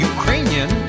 Ukrainian